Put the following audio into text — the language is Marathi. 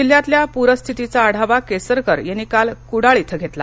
जिल्हयातल्या प्रस्थितीचा आढावा केसरकर यांनी काल कुडाळ इथ घेतला